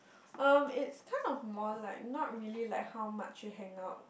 um it's kind of more like not really like how much you hang out